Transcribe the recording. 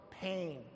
pain